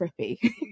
trippy